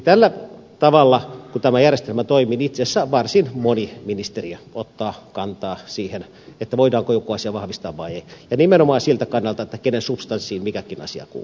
tällä tavalla kun tämä järjestelmä toimii niin itse asiassa varsin moni ministeriö ottaa kantaa siihen voidaanko joku asia vahvistaa vai ei ja nimenomaan siltä kannalta kenen substanssiin mikäkin asia kuuluu